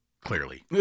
Clearly